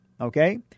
okay